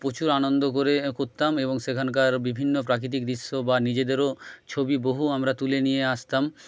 প্রচুর আনন্দ করে করতাম এবং সেখানকার বিভিন্ন প্রাকৃতিক দৃশ্য বা নিজেদেরও ছবি বহু আমরা তুলে নিয়ে আসতাম